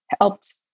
helped